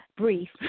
brief